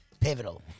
pivotal